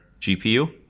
GPU